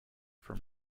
from